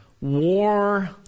war